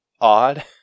odd